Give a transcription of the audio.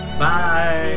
Bye